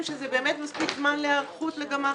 שזה באמת מספיק זמן להיערכות לגמ"חים.